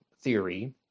theory